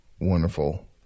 wonderful